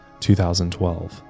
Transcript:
2012